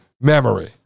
memory